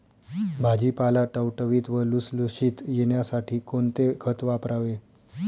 भाजीपाला टवटवीत व लुसलुशीत येण्यासाठी कोणते खत वापरावे?